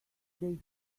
they